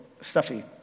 stuffy